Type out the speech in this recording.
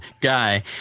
guy